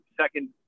second